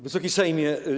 Wysoki Sejmie!